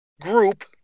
group